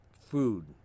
food